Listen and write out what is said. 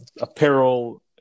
apparel